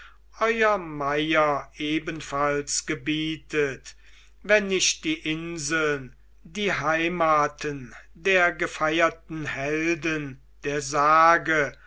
euer meier ebenfalls gebietet wenn nicht die inseln die heimaten der gefeierten helden der sage